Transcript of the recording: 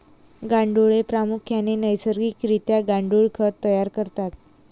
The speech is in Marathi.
गांडुळे प्रामुख्याने नैसर्गिक रित्या गांडुळ खत तयार करतात